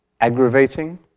aggravating